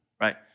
right